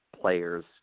players